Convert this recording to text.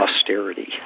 austerity